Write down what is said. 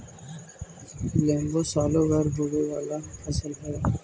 लेम्बो सालो भर होवे वाला फसल हइ